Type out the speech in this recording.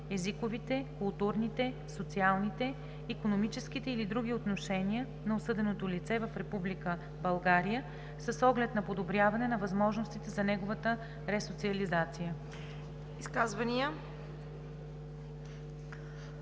езиковите, културните, социалните, икономическите или други отношения на осъденото лице в Република България с оглед на подобряване на възможностите за неговата ресоциализация.“